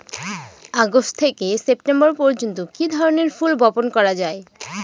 August থেকে September পর্যন্ত কি ধরনের ফুল বপন করা যায়?